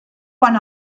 quan